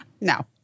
No